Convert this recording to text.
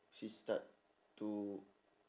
she start to